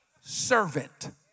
servant